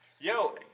Yo